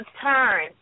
turn